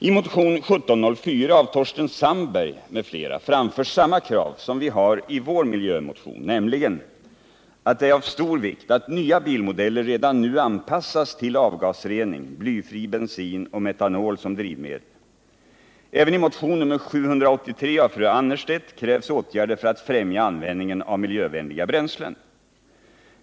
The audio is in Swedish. I motionen 1704 av Torsten Sandberg m.fl. framförs samma krav som vi har i vår miljömotion, nämligen att det är av största vikt att nya bilmodeller redan nu anpassas till avgasrening, blyfri bensin och metanol som drivmedel. Även i motionen 783 av Ylva Annerstedt krävs åtgärder för att främja användningen av miljövänliga bränslen.